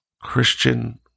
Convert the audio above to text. Christian